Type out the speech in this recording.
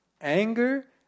anger